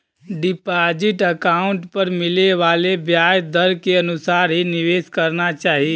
deposit account पर मिले वाले ब्याज दर के अनुसार ही निवेश करना चाही